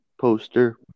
poster